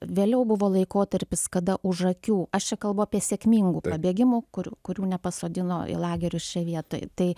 vėliau buvo laikotarpis kada už akių aš čia kalbu apie sėkmingų pabėgimų kur kurių nepasodino į lagerius čia vietoj tai